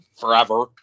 forever